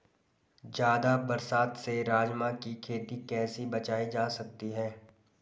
ज़्यादा बरसात से राजमा की खेती कैसी बचायी जा सकती है?